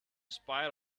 spite